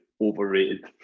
overrated